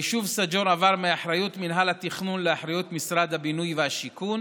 היישוב סאג'ור עבר מאחריות מינהל התכנון לאחריות משרד הבינוי והשיכון,